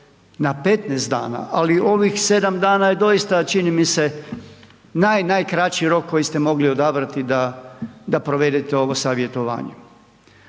na 15 dana. Ali, ovih 7 dana je doista, čini mi se naj, najkraći rok koji ste mogli odabrati da provedete ovo savjetovanje.